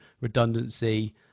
redundancy